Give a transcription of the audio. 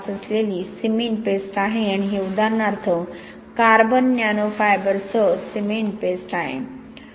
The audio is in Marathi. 5 असलेली सिमेंट पेस्ट आहे आणि हे उदाहरणार्थ कार्बन नॅनो फायबरसह सिमेंट पेस्ट आहे